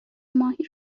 ماهی